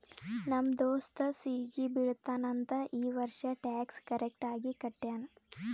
ನಮ್ ದೋಸ್ತ ಸಿಗಿ ಬೀಳ್ತಾನ್ ಅಂತ್ ಈ ವರ್ಷ ಟ್ಯಾಕ್ಸ್ ಕರೆಕ್ಟ್ ಆಗಿ ಕಟ್ಯಾನ್